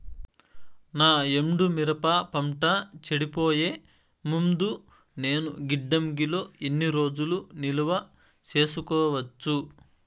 నా ఎండు మిరప పంట చెడిపోయే ముందు నేను గిడ్డంగి లో ఎన్ని రోజులు నిలువ సేసుకోవచ్చు?